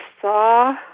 saw